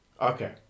Okay